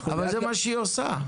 אבל זה מה שהיא עושה.